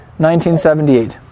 1978